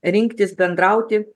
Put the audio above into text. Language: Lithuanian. rinktis bendrauti